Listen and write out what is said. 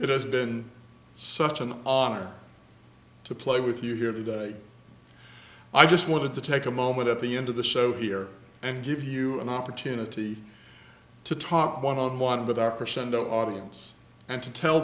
it has been such an honor to play with you here today i just wanted to take a moment at the end of the show here and give you an opportunity to talk one on one with our present audience and to tell